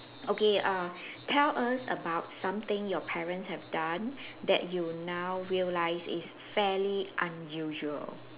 okay uh tell us about something your parents have done that you now realise it's fairly unusual